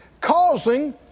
causing